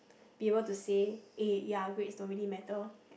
be able to say eh ya grades don't really matter